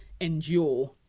endure